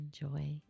Enjoy